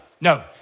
No